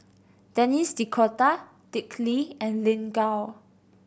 Denis D'Cotta Dick Lee and Lin Gao